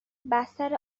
بستر